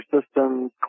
systems